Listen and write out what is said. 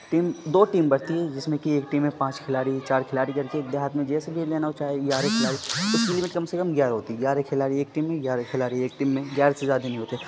team دو team بنتی ہیں جس میں کہ ایک ٹیم میں پانچ کھلاڑی چار کھلاڑی کر کے ایک دیہات میں جیسے بھی لینا ہو چاہے گیارہ کھلاڑی اس کے لیے بھی کم سے کم گیارہ ہوتی ہیں گیارہ کھلاڑی ایک ٹیم میں گیارہ کھلاڑی ایک ٹیم میں گیارہ سے زیادہ نہیں ہوتے